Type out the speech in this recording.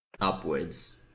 upwards